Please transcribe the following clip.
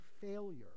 failure